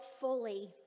fully